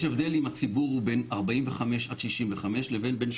יש הבדל אם הציבור הוא בן 45 עד 65 לבין בן